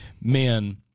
man